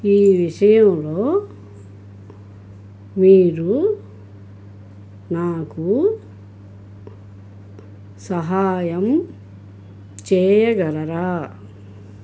ఈ విషయంలో మీరు నాకు సహాయం చేయగలరా